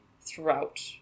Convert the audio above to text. throughout